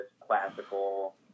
classical